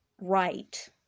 right